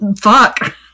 fuck